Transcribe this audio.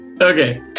Okay